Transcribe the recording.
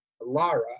Lara